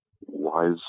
wise